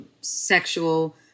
sexual